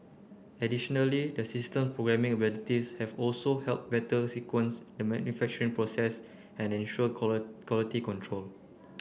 additionally the system programming abilities have also helped better sequence the manufacturing process and ensure quality control